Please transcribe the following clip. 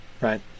right